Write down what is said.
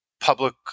public